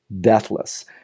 deathless